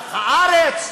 "מלח הארץ".